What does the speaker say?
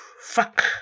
fuck